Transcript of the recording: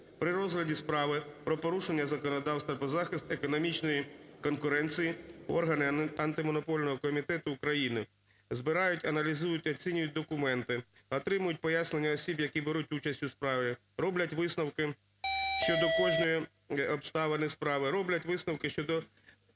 При розгляді справи про порушення законодавства про захист економічної конкуренції органи Антимонопольного комітету у збирають, аналізують, оцінюють документи, отримують пояснення осіб, які беруть участь у справі, роблять висновки щодо кожної обставини справи, роблять висновки щодо